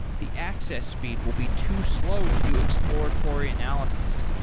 the access speed will be too slow to do exploratory analysis.